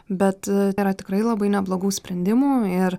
bet yra tikrai labai neblogų sprendimų ir